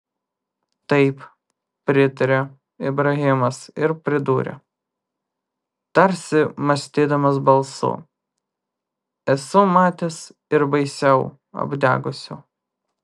taip pritarė ibrahimas ir pridūrė tarsi mąstydamas balsu esu matęs ir baisiau apdegusių